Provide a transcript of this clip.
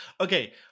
Okay